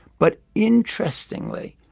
but interestingly,